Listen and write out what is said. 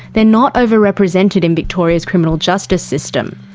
they're not overrepresented in victoria's criminal justice system.